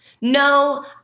No